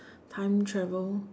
time travel